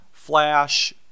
Flash